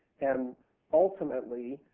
and ultimately,